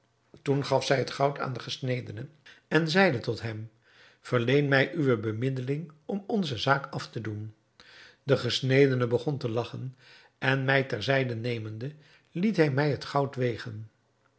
toen gaf zij het goud aan den gesnedene en zeide tot hem verleen mij uwe bemiddeling om onze zaak af te doen de gesnedene begon te lagchen en mij ter zijde nemende liet hij mij het goud wegen